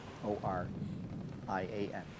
O-R-I-A-N